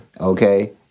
okay